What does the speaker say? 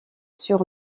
sur